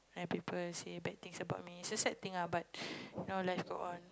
and people say bad things about me it's a sad thing lah but you know life go on